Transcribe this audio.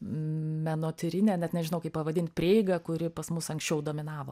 menotyrinė net nežinau kaip pavadint prieiga kuri pas mus anksčiau dominavo